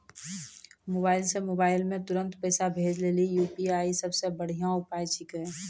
mobile से mobile मे तुरन्त पैसा भेजे लेली यू.पी.आई सबसे बढ़िया उपाय छिकै